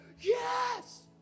yes